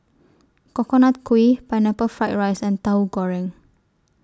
Coconut Kuih Pineapple Fried Rice and Tauhu Goreng